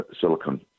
silicon